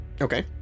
Okay